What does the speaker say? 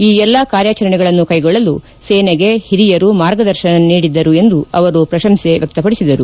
ಈ ಎಲ್ಲಾ ಕಾರ್ಯಾಚರಣೆಗಳನ್ನು ಕೈಗೊಳ್ಳಲು ಸೇನೆಗೆ ಹಿರಿಯರ ಮಾರ್ಗದರ್ಶನ ನೀಡಿದ್ದರು ಎಂದು ಅವರು ಪ್ರಶಂಸೆ ವ್ಯಕ್ತಪದಿಸಿದರು